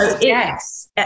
yes